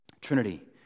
Trinity